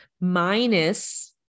minus